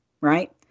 right